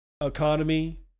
Economy